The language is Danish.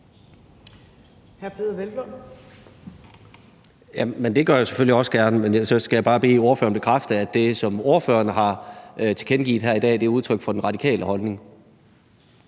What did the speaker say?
Peder Hvelplund (EL): Det gør jeg selvfølgelig også gerne, men jeg skal bare bede ordføreren bekræfte, at det, som ordføreren har tilkendegivet her i dag, er udtryk for den radikale holdning.